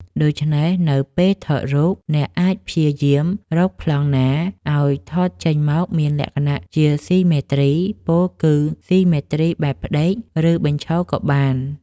ដូច្នេះនៅពេលថតរូប អ្នកអាចព្យាយាមរកប្លង់ណា ឱ្យថតចេញមកមានលក្ខណៈជាស៊ីមេទ្រី ពោលគឺ ស៊ីមេទ្រីបែបផ្តេក ឬបញ្ឈរក៏បាន។